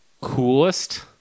coolest